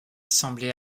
semblait